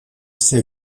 все